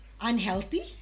unhealthy